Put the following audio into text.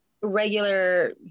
regular